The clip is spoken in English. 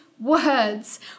words